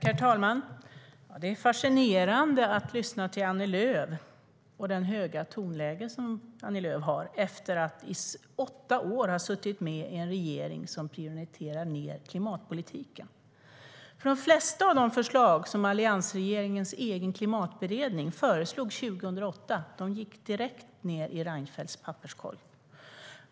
Herr talman! Det är fascinerande att lyssna till Annie Lööf och det höga tonläge hon har efter att hennes parti i åtta år suttit med i en regering som prioriterat ned klimatpolitiken. De flesta av de förslag som alliansregeringens egen klimatberedning föreslog 2008 gick direkt ned i Reinfeldts papperskorg.